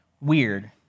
weird